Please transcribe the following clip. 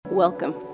Welcome